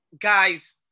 Guys